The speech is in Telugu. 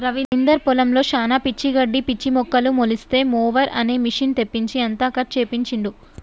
రవీందర్ పొలంలో శానా పిచ్చి గడ్డి పిచ్చి మొక్కలు మొలిస్తే మొవెర్ అనే మెషిన్ తెప్పించి అంతా కట్ చేపించిండు